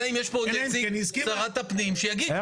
אלא אם כן יש פה נציג של משרד הפנים שיגיד.